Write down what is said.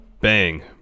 bang